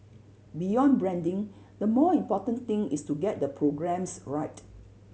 beyond branding the more important thing is to get the programmes right